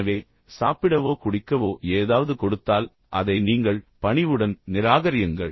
எனவே சாப்பிடவோ குடிக்கவோ ஏதாவது கொடுத்தால் அதை நீங்கள் பணிவுடன் நிராகரியுங்கள்